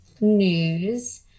news